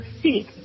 see